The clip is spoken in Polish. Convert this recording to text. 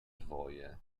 dwoje